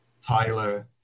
Tyler